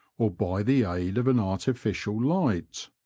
or by the aid of an artificial light.